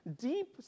deep